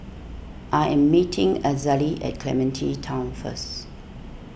I am meeting Azalee at Clementi Town first